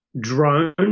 drone